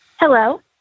Hello